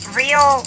real